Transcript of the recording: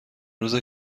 روز